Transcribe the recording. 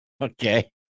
Okay